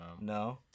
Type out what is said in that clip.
No